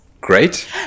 Great